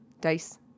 Dice